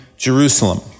Jerusalem